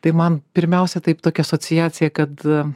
tai man pirmiausia taip tokia asociacija kad